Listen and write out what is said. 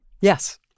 Yes